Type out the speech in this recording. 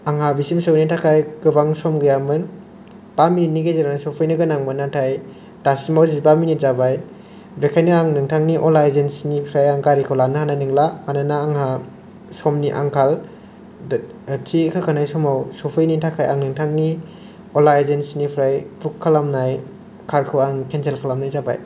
आंहा बिसिम सहैनो थाखाय गोबां सम गैयामोन बा मिनिटनि गेजेरावनो सफैनो गोनांमोन नाथाय दासिमाव जिबा मिनिट जाबाय बेखायनो आं नोंथानि अला एजेन्सिनिफ्राय आं गारिखौ लानो हानाय नंला मानोना आंहा समनि आंखाल थि होखानाय समाव सफैयैनि थाखाय आं नोंथानि अला एजेन्सिनिफ्राय बुक खालामनाय कारखौ आं केन्सेल खालामनाय जाबाय